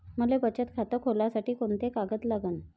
मले बचत खातं खोलासाठी कोंते कागद लागन?